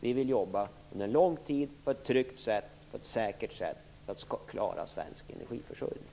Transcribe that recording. Vi vill arbeta under en lång tid på ett tryggt och säkert sätt för att klara svensk energiförsörjning.